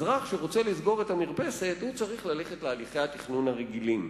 אזרח שרוצה לסגור את המרפסת צריך ללכת להליכי התכנון הרגילים.